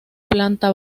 planta